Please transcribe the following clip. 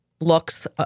looks